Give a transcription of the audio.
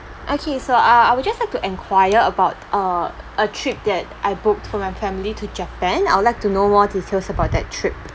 okay so uh I will just like to enquire about uh a trip that I booked for my family to japan I would like to know more details about that trip